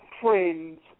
friends